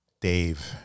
Dave